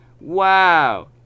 Wow